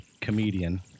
comedian